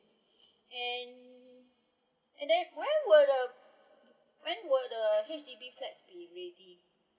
and and then where were the when will the H_D_B flat be ready